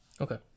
Okay